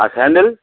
আর sandal